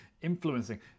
Influencing